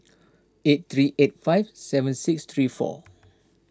eight three eight five seven six three four